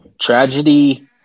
tragedy